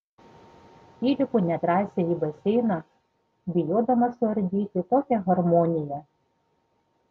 įlipu nedrąsiai į baseiną bijodama suardyti tokią harmoniją